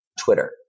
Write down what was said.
Twitter